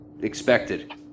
expected